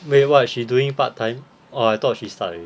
wait what she doing part time orh I thought she start already